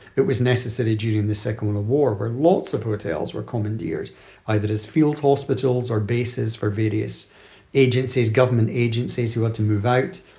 it was necessary during the second world war where lots of hotels were commandeered either as field hospitals or bases for various agencies, government agencies who want to move out.